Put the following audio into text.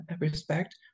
respect